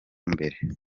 mbere